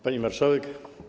Pani Marszałek!